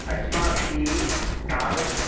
अस्मभिः तावत्